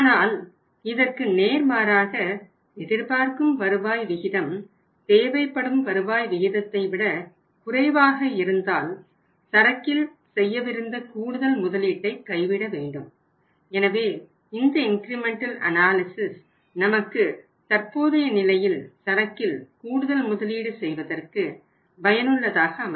ஆனால் இதற்கு நேர்மாறாக எதிர்பார்க்கும் வருவாய் விகிதம் தேவைப்படும் வருவாய் விகிதத்தை விட குறைவாக இருந்தால் சரக்கில் செய்யவிருந்த கூடுதல் முதலீட்டை கைவிட வேண்டும் எனவே இந்த இன்கிரிமெண்டல் அனாலிசிஸ் நமக்கு தற்போதைய நிலையில் சரக்கில் கூடுதல் முதலீடு செய்வதற்கு பயனுள்ளதாக அமையும்